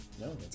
No